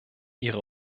ihre